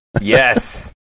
Yes